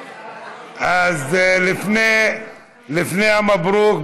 לפני המברוכ,